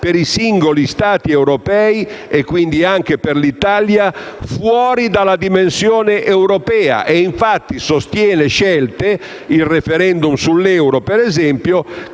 per i singoli Stati europei, quindi anche per l'Italia, fuori dalla dimensione europea e infatti sostiene scelte, come ad esempio